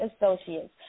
Associates